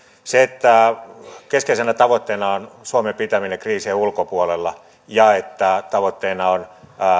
se että keskeisenä tavoitteena on suomen pitäminen kriisien ulkopuolella ja että tavoitteena on